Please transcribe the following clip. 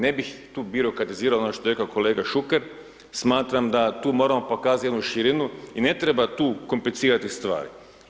Ne bih tu birokratizirao ono što je rekao kolega Šuker, smatram da tu moramo pokazati jednu širinu i ne treba tu komplicirati stvari.